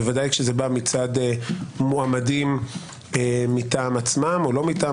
ודאי כשזה בא מטעם מועמדים מטעם עצמם או לא מטעם